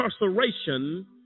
incarceration